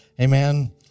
Amen